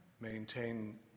maintain